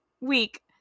week